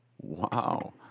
wow